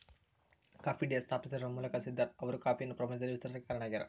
coffee Day ಸ್ಥಾಪಿಸುವದರ ಮೂಲಕ ಸಿದ್ದಾರ್ಥ ಅವರು ಕಾಫಿಯನ್ನು ಪ್ರಪಂಚದಲ್ಲಿ ವಿಸ್ತರಿಸಾಕ ಕಾರಣ ಆಗ್ಯಾರ